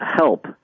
help